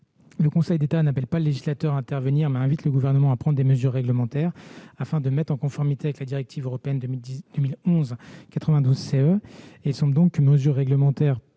Le Conseil d'État n'appelle pas le législateur à intervenir, mais invite le Gouvernement à prendre des « mesures réglementaires » afin de se mettre en conformité avec la directive européenne 2011/92/CE. Il semble donc qu'une mesure réglementaire